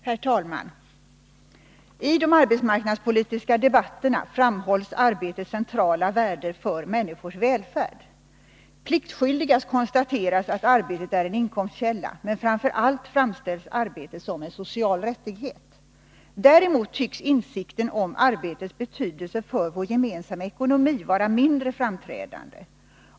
Herr talman! I de arbetsmarknadspolitiska debatterna framhålls arbetets centrala värde för människors välfärd. Pliktskyldigast konstateras att arbetet är en inkomstkälla, men framför allt framställs arbetet som en social rättighet. Däremot tycks insikten om arbetets betydelse för vår gemensamma ekonomi vara mindre framträdande.